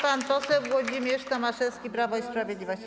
Pan poseł Włodzimierz Tomaszewski, Prawo i Sprawiedliwość.